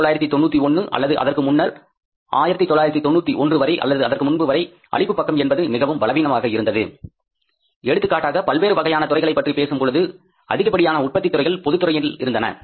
1991அல்லது அதற்கு முன்னர் 1991 வரை அல்லது அதற்கு முன்புவரை அளிப்பு பக்கம் என்பது மிகவும் பலவீனமாக இருந்தது எடுத்துக்காட்டாக பல்வேறு வகையான துறைகளை பற்றி பேசும் பொழுது அதிகப்படியான உற்பத்தித் துறைகள் பொதுத் துறையில் இருந்தன